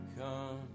come